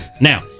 Now